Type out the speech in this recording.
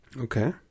Okay